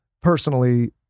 personally